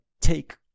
take